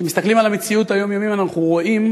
כשמסתכלים על המציאות היומיומית אנחנו רואים